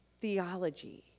theology